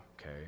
okay